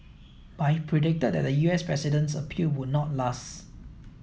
but he predicted that the U S president's appeal would not last